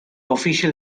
official